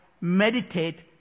meditate